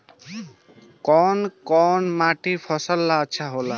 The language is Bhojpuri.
कौन कौनमाटी फसल ला अच्छा होला?